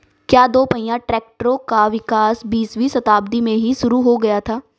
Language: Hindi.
क्या दोपहिया ट्रैक्टरों का विकास बीसवीं शताब्दी में ही शुरु हो गया था?